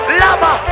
lava